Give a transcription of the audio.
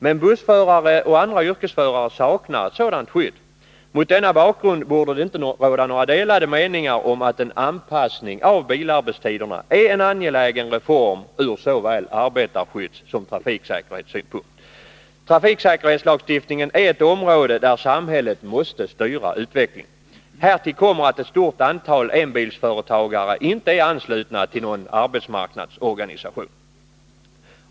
Men bussförare och andra yrkesförare 14 december 1981 saknar sådant skydd. Mot denna bakgrund borde det inte råda några delade meningar om att en anpassning av bilarbetstiderna är en angelägen reformur Om bättre arbesåväl arbetarskyddssom trafiksäkerhetssynpunkt. Trafiksäkerhetslagstift — tarskydd för yrningen är ett område där samhället måste styra utvecklingen. Härtill kommer kesbilförare att ett stort antal enbilsföretagare inte är anslutna till någon arbetsmarknadsorganisation.